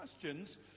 questions